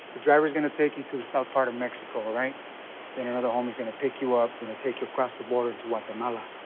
drivers gonna take you to the south part of mexico, alright? and then another homie's gonna pick you up, gonna take you across the border to guatemala.